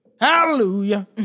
Hallelujah